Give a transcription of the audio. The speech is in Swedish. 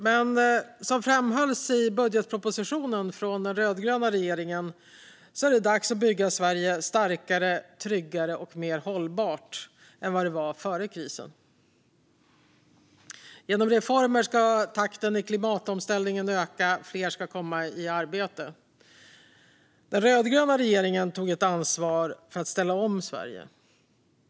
Men som framhålls i budgetpropositionen från den rödgröna regeringen är det dags att bygga Sverige starkare, tryggare och mer hållbart än vad det var före krisen. Genom reformer ska takten i klimatomställningen öka och fler komma i arbete. Den rödgröna regeringen tog ett ansvar för att ställa om Sverige.